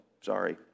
sorry